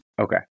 Okay